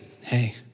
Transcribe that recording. hey